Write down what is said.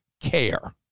care